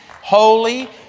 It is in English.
holy